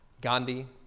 Gandhi